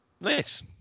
Nice